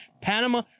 panama